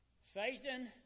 Satan